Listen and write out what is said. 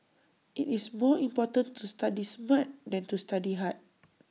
IT is more important to study smart than to study hard